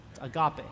Agape